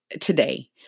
today